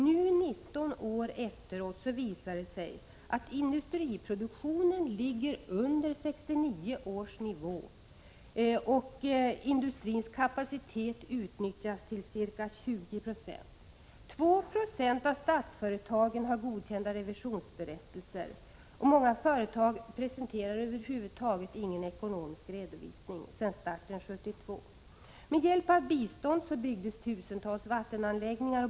Nu 19 år efteråt visar det sig vara på följande sätt: —- Industriproduktionen ligger under 1969 års nivå och industrins kapacitet utnyttjas till ca 20 Ze. —-2 Je av statsföretagen har godkända revisionsberättelser, många företag har aldrig presenterat någon ekonomisk redovisning sedan starten 1972. — Med hjälp av bistånd byggdes tusentals vattenanläggningar.